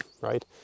right